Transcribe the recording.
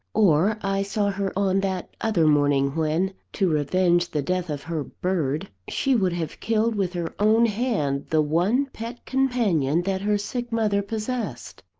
or, i saw her on that other morning, when, to revenge the death of her bird, she would have killed with her own hand the one pet companion that her sick mother possessed.